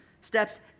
steps